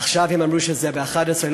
עכשיו אמרו שזה ב-23:00,